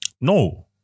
No